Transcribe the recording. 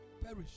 Perish